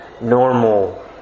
normal